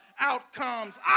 outcomes